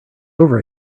over